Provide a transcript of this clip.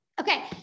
Okay